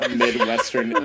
midwestern